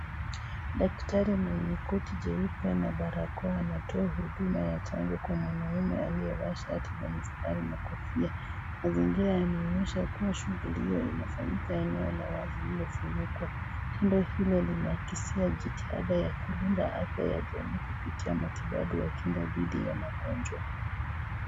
Daktari mwenye koti jeupe na barakoa anatoa huduma ya chanjo kwa mwanamme aliyevaa shati la mistari na kofia. Mazingira yanaonyesha kuwa shughuli hiyo inafanyika eneo la wazi lililofunikwa. Tendo hilo linaakishia jitihada ya kulinda afya ya jamii kupitia matibabu ya kinga dhidi ya magonjwa.